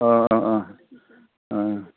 अ अ